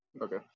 Okay